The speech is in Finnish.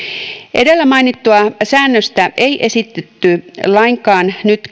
edellä mainittua säännöstä ei esitetty lainkaan nyt